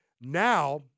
now